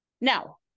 Now